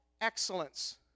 excellence